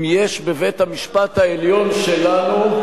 אם יש בבית-המשפט העליון שלנו,